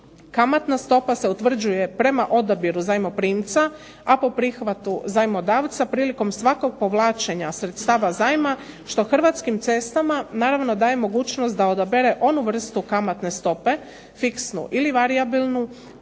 Kamatna stopa se utvrđuje prema odabiru zajmoprimca, a po prihvatu zajmodavca prilikom svakog povlačenja sredstava zajma, što Hrvatskim cestama naravno daje mogućnost da odabere onu vrstu kamatne stope, fiksnu ili varijabilnu